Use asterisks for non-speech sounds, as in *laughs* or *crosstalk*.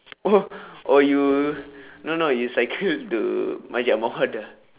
oh *laughs* oh you no no you cycle to masjid